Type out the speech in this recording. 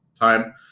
time